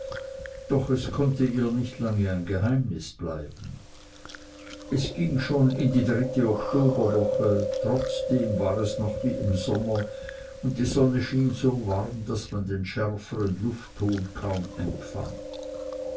doch es konnt ihr nicht lange ein geheimnis bleiben es ging schon in die dritte oktoberwoche trotzdem war es noch wie im sommer und die sonne schien so warm daß man den schärferen luftton kaum empfand